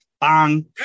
bang